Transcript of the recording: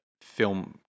film